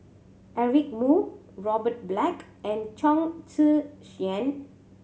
Eric Moo Robert Black and Chong Tze Chien